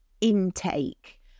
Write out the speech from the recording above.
intake